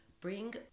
bring